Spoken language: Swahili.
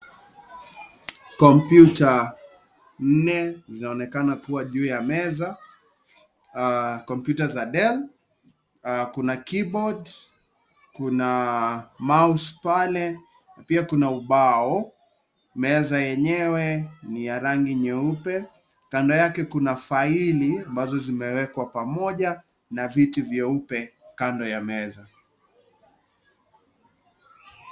Kompyuta nne zinaonekana kuwa juu ya meza. Kompyuta za Dell. Kuna keyboard , kuna mouse pale na pia kuna ubao. Meza yenyewe ni ya rangi nyeupe. Kando yake kuna faili ambazo zimewekwa pamoja na viti vyeupe kando ya meza.